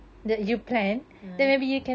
(uh huh)